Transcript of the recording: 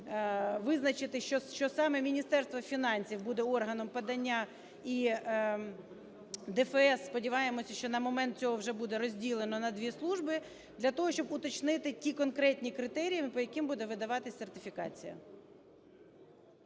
визначити, що саме Міністерство фінансів буде органом подання, і ДФС, сподіваємося, що на момент цього вже буде розділено на дві служби, для того щоб уточнити ті конкретні критерії, по яким буде видаватись сертифікація.